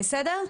בסדר?